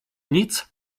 nic